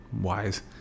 wise